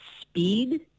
speed